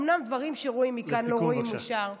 אומנם דברים שרואים מכאן לא רואים משם,